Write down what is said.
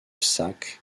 sachs